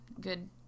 Good